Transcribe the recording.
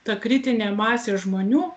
ta kritinė masė žmonių